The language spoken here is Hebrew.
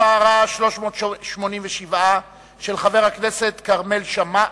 שמספרה 387, של חבר הכנסת כרמל שאמה,